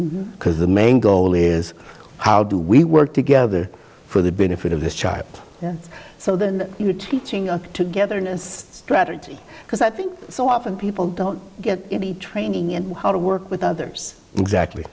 because the main goal is how do we work together for the benefit of the child so then you are teaching a togetherness strategy because i think so often people don't get any training in how to work with others exactly